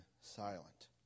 silent